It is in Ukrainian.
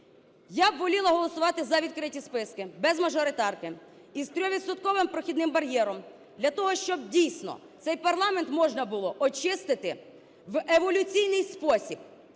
Я б воліла голосувати за відкриті списки, без мажоритарки, із 3-відсотковим прохідним бар'єром, для того щоб дійсно цей парламент можна було очистити в еволюційний спосіб